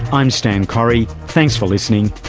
i'm stan correy. thanks for listening,